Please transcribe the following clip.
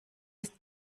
ist